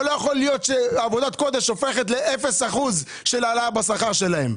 לא יכול להיות שעבודת קודש הופכת ל-0% של העלאה בשכר שלהן.